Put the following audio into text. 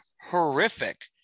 horrific